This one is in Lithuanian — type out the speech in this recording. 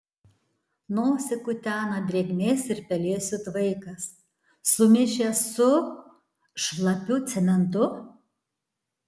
nosį kutena drėgmės ir pelėsių tvaikas sumišęs su šlapiu cementu